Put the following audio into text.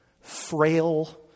frail